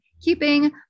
keeping